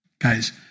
guys